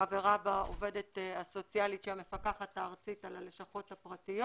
חברה בה עובדת הסוציאלית של המפקחת הארצית על הלשכות הפרטיות.